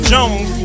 Jones